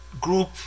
group